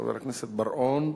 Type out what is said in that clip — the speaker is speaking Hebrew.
חבר הכנסת רוני בר-און,